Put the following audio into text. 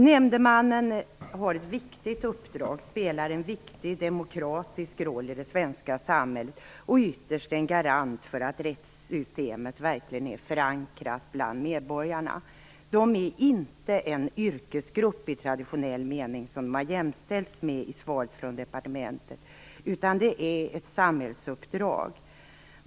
Nämndemannen har ett viktigt uppdrag och spelar en viktig demokratisk roll i det svenska samhället. Ytterst är han en garant för att rättssystemet verkligen är förankrat bland medborgarna. De har jämställts med en yrkesgrupp i traditionell mening i svaret från departementet, men det är de inte. Detta är ett samhällsuppdrag.